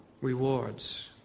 rewards